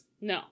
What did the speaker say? No